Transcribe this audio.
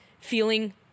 feeling